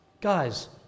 guys